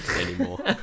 anymore